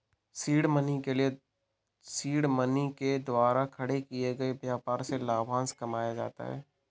seed money के द्वारा खड़े किए गए व्यापार से लाभांश कमाया जाता है